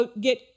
get